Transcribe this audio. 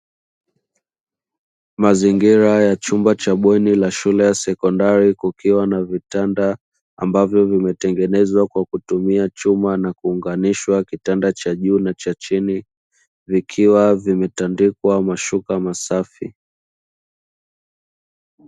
Mazingira ya chumba cha bweni la shule ya sekondari, kukiwa na vitanda ambavyo vimetengenezwa kwa kutumia chuma na kuunganishwa kitanda cha juu na cha chini, vikiwa vimetandikwa mashuka masafi.